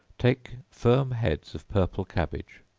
take firm heads of purple cabbage,